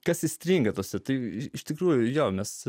kas įstringa tarsi tai iš tikrųjų jo mes